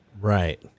right